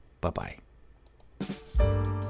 Bye-bye